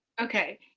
Okay